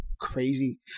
crazy